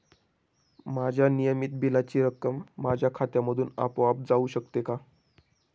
माझ्या नियमित बिलाची रक्कम माझ्या खात्यामधून आपोआप जाऊ शकते का?